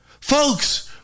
folks